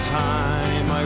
time